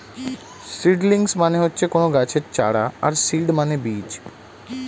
seedlings মানে হচ্ছে কোনো গাছের চারা আর সিড মানে বীজ